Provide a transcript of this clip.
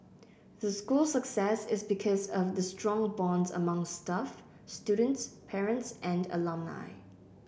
the school's success is because of the strong bonds among staff students parents and alumni